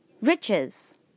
Riches